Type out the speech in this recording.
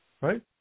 right